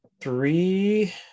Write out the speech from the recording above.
three